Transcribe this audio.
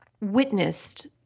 witnessed